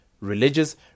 Religious